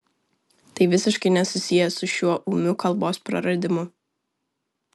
tai visiškai nesusiję su šiuo ūmiu kalbos praradimu